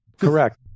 Correct